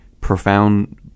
profound